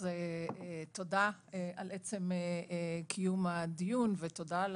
אז תודה על עצם קיום הדיון ותודה על